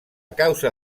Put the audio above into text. causa